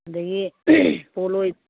ꯑꯗꯒꯤ ꯄꯣꯂꯣꯏ